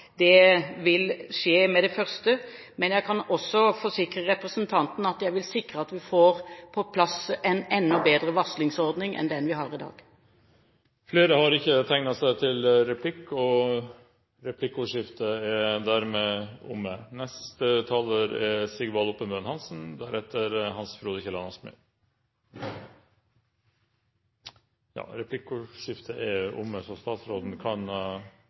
Det vil skje med det første, men jeg kan også forsikre representanten om at jeg vil sikre at vi får på plass en enda bedre varslingsordning enn den vi har i dag. Replikkordskiftet er omme.